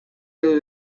que